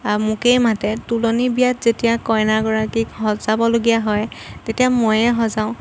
মোকেই মাতে তোলনী বিয়াত যেতিয়া কইনাগৰাকীক সজাবলগীয়া হয় তেতিয়া ময়ে সজাওঁ